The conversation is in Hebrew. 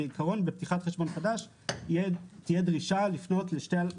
בעיקרו בפתיחת חשבון חדש תהיה דרישה לפנות לשתי.